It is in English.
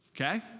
okay